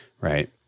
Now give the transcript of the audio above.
right